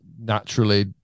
naturally